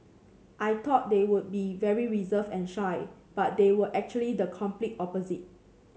I thought they would be very reserved and shy but they were actually the complete opposite